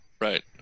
right